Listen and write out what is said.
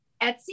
etsy